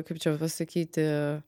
kaip čia pasakyti